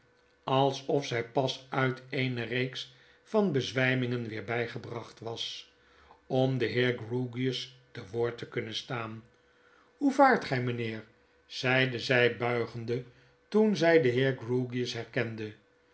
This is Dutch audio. alsof zy pas uit eene reeks van bezwymingen weer bygebracht was om den heer grewgious te woord te kunnen staan hoe vaart gij mynheer zeide zy buigende toen zy den heer grewgious herkende